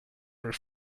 were